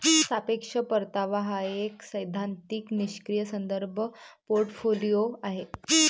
सापेक्ष परतावा हा एक सैद्धांतिक निष्क्रीय संदर्भ पोर्टफोलिओ आहे